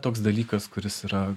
toks dalykas kuris yra